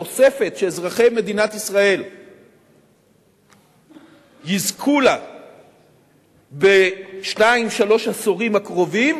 התוספת שאזרחי מדינת ישראל יזכו לה בשניים שלושה העשורים הקרובים,